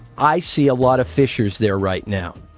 i see a lot of fissures there right now.